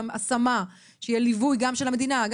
תהיה השמה ויהיה גם ליווי של המעסיקים.